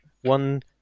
one